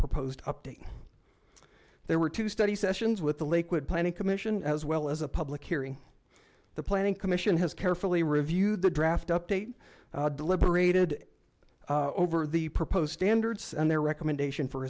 proposed update there were two study sessions with the liquid planning commission as well as a public hearing the planning commission has carefully reviewed the draft update deliberated over the proposed standards and their recommendation for